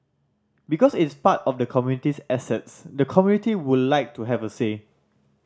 because it's part of the community's assets the community would like to have a say